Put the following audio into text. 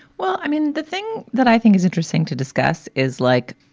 well, i mean, the thing that i think is interesting to discuss is like,